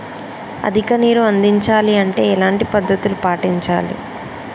అధిక నీరు అందించాలి అంటే ఎలాంటి పద్ధతులు పాటించాలి?